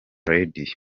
radio